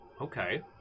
Okay